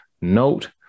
note